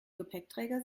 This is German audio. gepäckträger